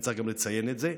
וצריך גם לציין את זה.